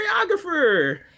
choreographer